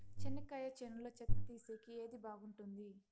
చెనక్కాయ చేనులో చెత్త తీసేకి ఏది బాగుంటుంది?